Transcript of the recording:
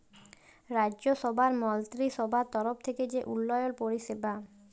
রাজ্যসভার মলত্রিসভার তরফ থ্যাইকে যে উল্ল্যয়ল পরিষেবা